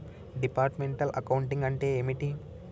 Departmental accounting అంటే ఏమిటి?